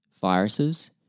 viruses –